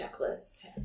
checklist